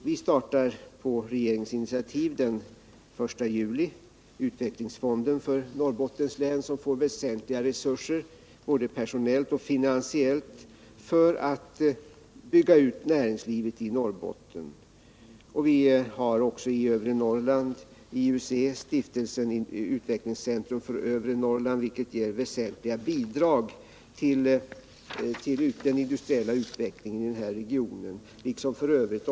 Vi startar på regeringens initiativ den 1 juli utvecklingsfonden för Norrbottens län som får väsentliga resurser både personellt och finansiellt för att bygga ut näringslivet i Norrbotten. Vi har också i övre Norrland IUC, Stiftelsen Industriellt utvecklingscentrum för övre Norrland, vilken ger väsentliga bidrag till den industriella utvecklingen i regionen liksom f.ö.